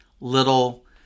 little